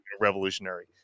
revolutionary